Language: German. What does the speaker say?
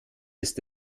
ist